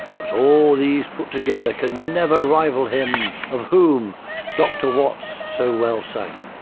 but all these put together could never rival him of whom dr. watts so well sang,